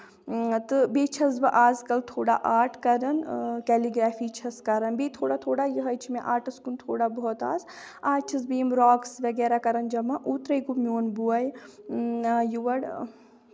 تہٕ بیٚیہِ چھَس بہٕ آز کل تھوڑا آرٹ کران کیلی گریفی چھَس کران بیٚیہِ تھوڑا تھوڑا یِہوے چھ مےٚ آرٹس کُن تھوڑا بہت آز آز چھَس بہٕ یِم راکٕس وغیرہ کران جمع اوترے گوٚو میون بوے یور